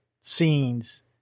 scenes